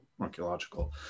archaeological